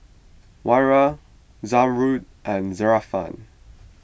Wira Zamrud and Zafran